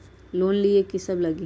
Loan लिए की सब लगी?